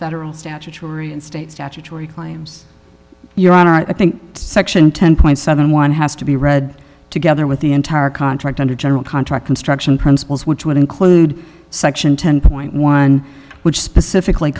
federal statutory and state statutory claims your honor i think section ten point seven one has to be read together with the entire contract under general contract construction principles which would include section ten dollars which specifically